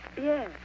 Yes